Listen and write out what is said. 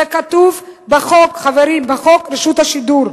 זה כתוב בחוק, חברים, בחוק רשות השידור.